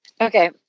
Okay